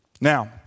Now